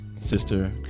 Sister